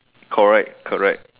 correct correct